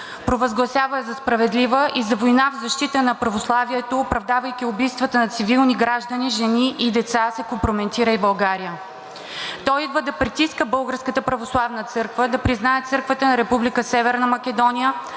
провъзгласява я за справедлива и за война в защита на православието, оправдавайки убийствата на цивилни граждани, жени и деца, се компрометира и България. Той идва да притиска Българската православна църква да